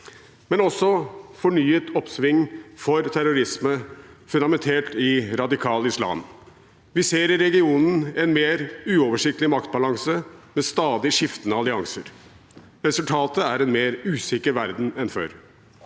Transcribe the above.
men også fornyet oppsving for terrorisme fundamentert i radikal islam. Vi ser i regionen en mer uoversiktlig maktbalanse med stadig skiftende allianser. Resultatet er en mer usikker verden enn før.